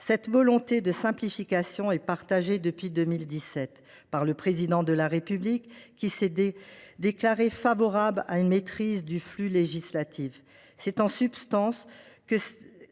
Cette volonté de simplification est partagée depuis 2017 par le Président de la République, qui s’est déclaré favorable à une maîtrise du flux législatif. C’est en substance cette